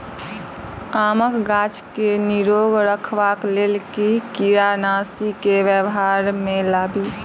आमक गाछ केँ निरोग रखबाक लेल केँ कीड़ानासी केँ व्यवहार मे लाबी?